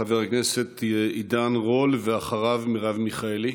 חבר הכנסת עידן רול, ואחריו, מרב מיכאלי.